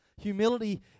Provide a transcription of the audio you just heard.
Humility